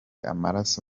amaraso